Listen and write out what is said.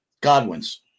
Godwins